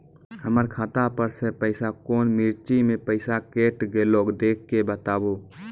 हमर खाता पर से पैसा कौन मिर्ची मे पैसा कैट गेलौ देख के बताबू?